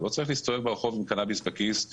הוא לא צריך להסתובב ברחוב עם קנאביס בכיס,